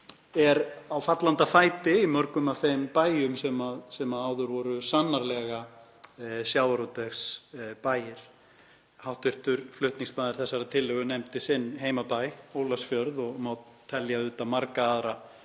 er nú á fallanda fæti í mörgum af þeim bæjum sem áður voru sannarlega sjávarútvegsbæir. Hv. flutningsmaður þessarar tillögu nefndi sinn heimabæ, Ólafsfjörð, og má telja marga aðra bæi sem